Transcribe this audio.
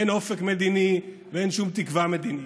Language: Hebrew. אין אופק מדיני ואין שום תקווה מדינית.